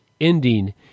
ending